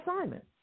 assignment